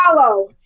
follow